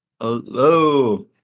Hello